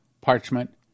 parchment